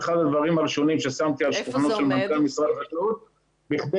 אחד הדברים הראשונים ששמתי על שולחנו של מנכ"ל משרד החקלאות בכדי